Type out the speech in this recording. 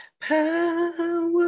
power